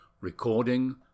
RECORDING